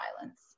violence